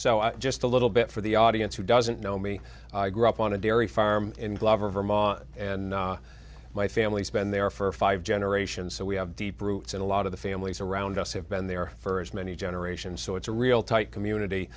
so i'm just a little bit for the audience who doesn't know me i grew up on a dairy farm in glover vermont and my family spend there for five generations so we have deep roots in a lot of the families around us have been there for as many generations so it's a real tight community